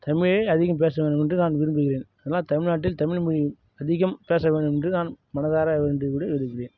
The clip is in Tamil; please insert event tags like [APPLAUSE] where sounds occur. தமிழே அதிகம் பேச வேண்டும் என்று நான் விரும்புகிறேன் அதனால் தமிழ்நாட்டில் தமிழ் மொழி அதிகம் பேச வேண்டும் என்று நான் மனதார வேண்டி கொண்டு விடு [UNINTELLIGIBLE] கிறேன்